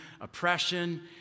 oppression